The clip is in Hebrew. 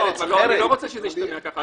ואם הוא חושב שהוא יכול, אני מזמין אותו,